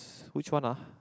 which one ah